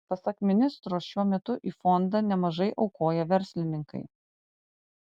pasak ministro šiuo metu į fondą nemažai aukoja verslininkai